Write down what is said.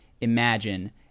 imagine